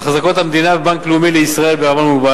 אחזקות המדינה בבנק לאומי לישראל בע"מ,